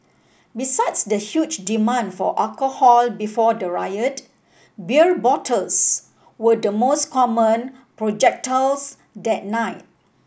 besides the huge demand for alcohol before the riot beer bottles were the most common projectiles that night